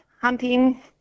hunting